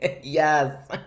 yes